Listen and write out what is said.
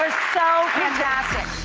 ah so fantastic.